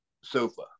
sofa